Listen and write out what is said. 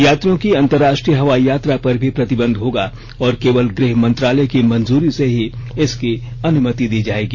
यात्रियों की अंतर्राष्ट्रीय हवाई यात्रा पर भी प्रतिबंध होगा और केवल गृह मंत्रालय की मंजूरी से ही इसकी अनुमति दी जाएगी